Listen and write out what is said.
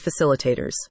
facilitators